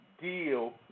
deal